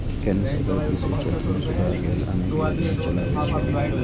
केंद्र सरकार कृषि क्षेत्र मे सुधार लेल अनेक योजना चलाबै छै